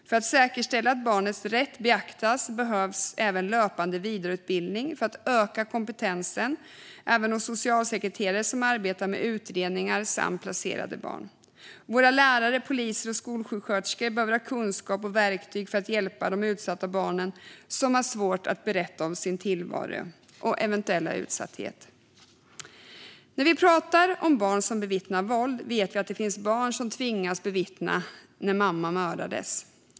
För att säkerställa att barnens rätt beaktas behövs även löpande vidareutbildning för att öka kompetensen hos socialsekreterare som arbetar med utredningar och med placerade barn. Våra lärare, poliser och skolsjuksköterskor behöver ha kunskaper och verktyg för att hjälpa de utsatta barnen, som har svårt att berätta om sin tillvaro och eventuella utsatthet. När vi pratar om barn som bevittnar våld vet vi att det finns barn som tvingas bevittna när mamma mördas.